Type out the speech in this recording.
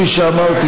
כפי שאמרתי,